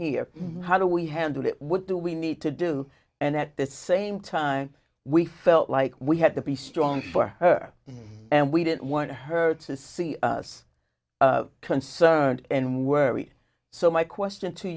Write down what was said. here how do we handle it would do we need to do and at the same time we felt like we had to be strong for her and we didn't want her to see us concerned and worried so my question to